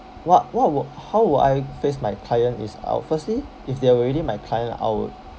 what what would how would I face my client is uh firstly if they're already my client I would